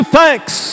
thanks